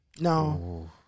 No